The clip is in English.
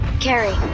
Carrie